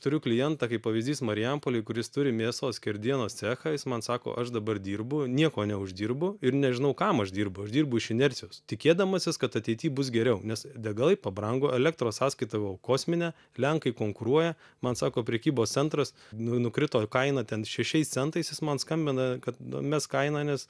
turiu klientą kaip pavyzdys marijampolėj kuris turi mėsos skerdienos cechą jis man sako aš dabar dirbu nieko neuždirbu ir nežinau kam aš dirbu aš dirbu iš inercijos tikėdamasis kad ateity bus geriau nes degalai pabrango elektros sąskaitą gavau kosminę lenkai konkuruoja man sako prekybos centras n nukrito kaina ten šešiais centais jis man skambina kad numesk kainą nes